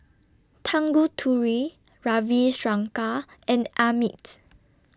Tanguturi Ravi Shankar and Amit